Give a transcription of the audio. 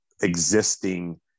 existing